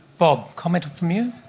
bob, comment from you?